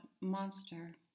monster